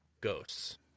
ghosts